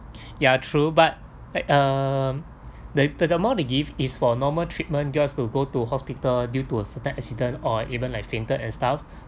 ya true but like um the the the amount to give is for normal treatment just to go to hospital due to a certain accident or even like fainted and stuff